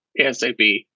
ASAP